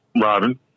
Robin